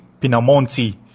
Pinamonti